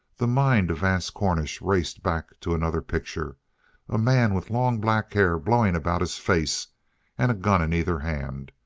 the mind of vance cornish raced back to another picture a man with long black hair blowing about his face and a gun in either hand,